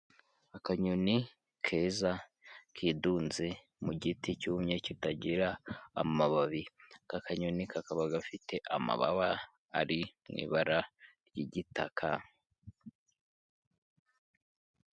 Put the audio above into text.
Akanyoni keza kidunze mu giti cyumye kitagira amababi, aka kanyoni kakaba gafite amababa ari mu ibara ry'igitaka.